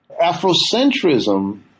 Afrocentrism